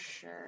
sure